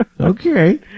Okay